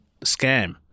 scam